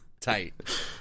Tight